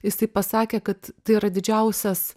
jisai pasakė kad tai yra didžiausias